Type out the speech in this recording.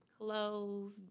clothes